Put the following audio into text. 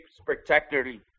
spectacularly